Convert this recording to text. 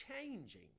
changing